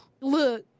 Look